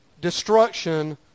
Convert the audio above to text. destruction